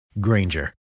Granger